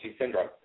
syndrome